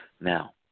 Now